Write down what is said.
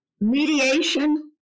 mediation